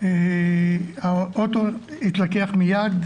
האוטו התלקח מיד,